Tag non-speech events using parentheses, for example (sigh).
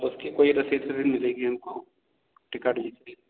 उसकी कोई रसीद (unintelligible) मिलेगी हमको टिकट जैसे